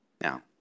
Now